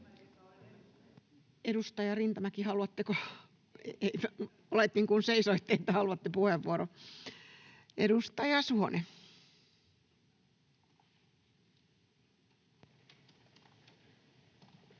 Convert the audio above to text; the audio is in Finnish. [Anne Rintamäki: En!] — Oletin, kun seisoitte, että haluatte puheenvuoron. — Edustaja Suhonen. Kiitos,